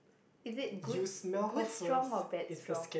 is it good good strong or bad strong